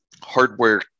hardware